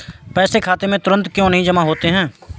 पैसे खाते में तुरंत क्यो नहीं जमा होते हैं?